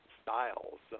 styles